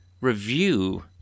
review